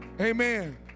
Amen